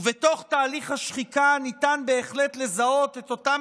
ובתוך תהליך השחיקה ניתן בהחלט לזהות את אותם